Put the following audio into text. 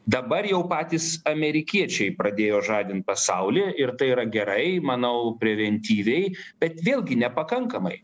dabar jau patys amerikiečiai pradėjo žadint pasaulį ir tai yra gerai manau preventyviai bet vėlgi nepakankamai